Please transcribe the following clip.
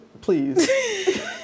please